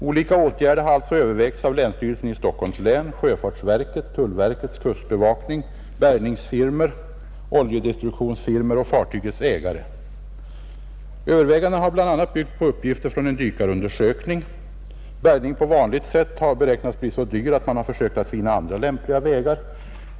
Olika åtgärder har alltså övervägts av länsstyrelsen i Stockholms län, sjöfartsverket, tullverkets kustbevakning, bärgningsfirmor, oljedistributionsfirmor och fartygets ägare. Övervägandena har bl.a. byggt på uppgifter från en dykarundersökning, Bärgning på vanligt sätt har beräknats bli så dyr att man försökt finna andra lämpliga vägar.